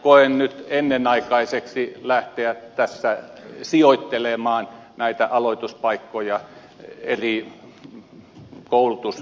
koen nyt ennenaikaiseksi lähteä tässä sijoittelemaan näitä aloituspaikkoja eri koulutusyksiköihin